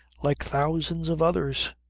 like thousands of others.